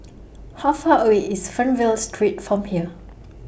How Far away IS Fernvale Street from here